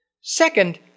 Second